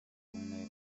kumwe